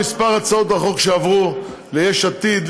מספר הצעות החוק שעברו ליש עתיד,